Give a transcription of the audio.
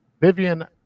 Vivian